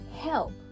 help